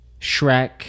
shrek